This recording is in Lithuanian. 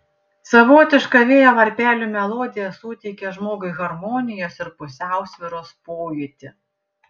savotiška vėjo varpelių melodija suteikia žmogui harmonijos ir pusiausvyros pojūtį